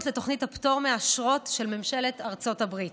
לתוכנית הפטור מאשרות של ממשלת ארצות הברית